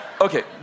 Okay